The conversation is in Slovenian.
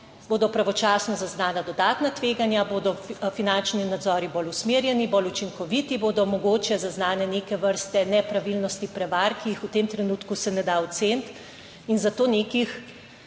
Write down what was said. bodo pravočasno zaznana dodatna tveganja, bodo finančni nadzori bolj usmerjeni, bolj učinkoviti, bodo mogoče zaznane neke vrste nepravilnosti, prevar, ki jih v tem trenutku se ne da oceniti in zato nekih